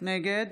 נגד